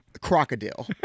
crocodile